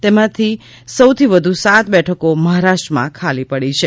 તેમાં સૌથી વધુ સાત બેઠકો મહારાષ્ટ્રમાં ખાલી પડી છે